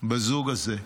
בזוג הזה.